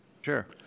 Sure